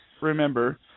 remember